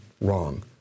wrong